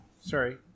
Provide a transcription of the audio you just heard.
Sorry